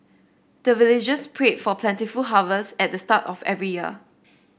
the villagers pray for plentiful harvest at the start of every year